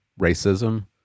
racism